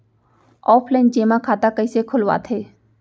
Offline जेमा खाता कइसे खोलवाथे?